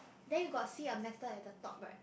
then you got see a metal at the top right